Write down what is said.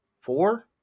four